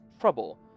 trouble